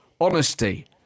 honesty